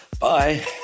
Bye